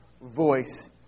voice